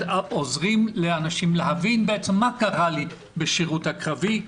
עוזרים לאנשים להבין מה קרה להם בשירות הקרבי.